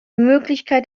möglichkeit